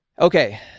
okay